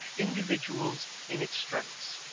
individuals in extremis.